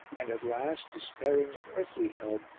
and at last, despairing of earthly help,